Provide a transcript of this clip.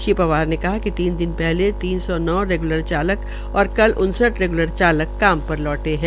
श्री पंवार ने कहा कि तीन दिन पहले तीन सौ नौ रेगुलर चालक और कल उनसठ रेग्लर चालक काम पर लौट आये है